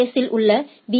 S இல் உள்ள B